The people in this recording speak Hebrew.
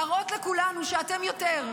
להראות לכולם שאתם יותר,